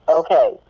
okay